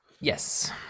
Yes